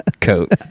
coat